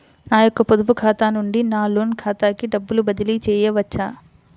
నా యొక్క పొదుపు ఖాతా నుండి నా లోన్ ఖాతాకి డబ్బులు బదిలీ చేయవచ్చా?